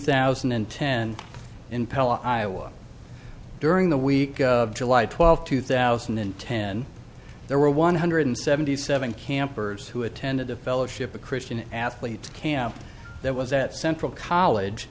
thousand and ten in pella iowa during the week of july twelfth two thousand and ten there were one hundred seventy seven campers who attended the fellowship of christian athletes camp that was at central college